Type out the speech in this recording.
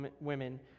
women